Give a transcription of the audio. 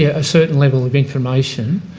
a certain level of information